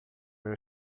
meu